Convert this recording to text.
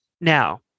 now